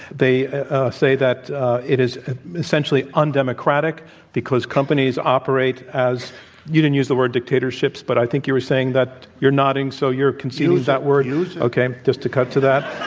they say that it is essentially undemocratic because companies operate as you didn't use the word, dictatorships, but i think you were saying that. you're nodding, so you're conceding that word. okay, just to cut to that.